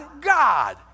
God